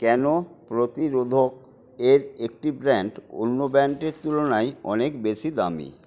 কেন প্রতিরোধকের একটি ব্র্যান্ড অন্য ব্র্যান্ডের তুলনায় অনেক বেশি দামি